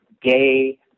gay